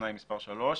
תנאי מספר (3)